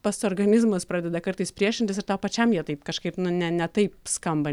pats organizmas pradeda kartais priešintis ir tau pačiam jie taip kažkaip nu ne ne taip skamba